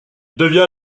devient